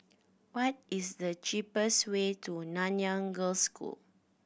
what is the cheapest way to Nanyang Girls' School